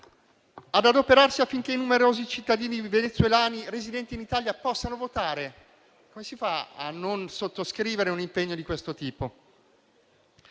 di adoperarsi affinché i numerosi cittadini venezuelani residenti in Italia possano votare. Come si fa a non sottoscrivere un impegno di questo tipo?